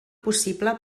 possible